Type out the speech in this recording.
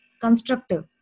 Constructive